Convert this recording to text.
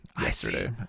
yesterday